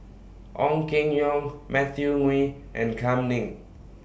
Ong Keng Yong Matthew Ngui and Kam Ning